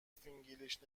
فینگلیش